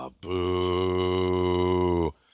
Boo